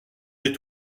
des